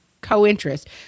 co-interest